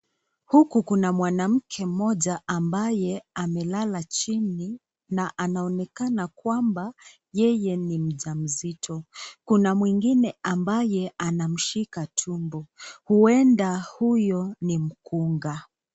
Huku kuna mwanamke mmoja ambaye amelala chini na anaonekana kwamba yeye ni mjamzito. Kuna mwingine ambaye anamshika tumbo, Huenda huyo ni mkunga.